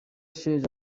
sheja